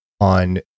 on